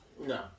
No